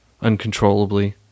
uncontrollably